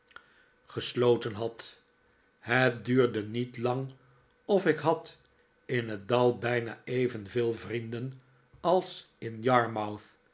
gesloten had het duurde niet lang of ik had in het dal bijna evenveel vrienden als in yarmouth